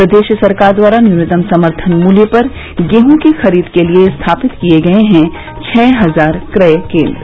प्रदेश सरकार द्वारा न्यूनतम समर्थन मूल्य पर गेहूँ की खरीद के लिये स्थापित किये गये हैं छह हजार क्रय केन्द्र